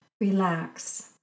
Relax